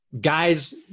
guys